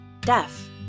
deaf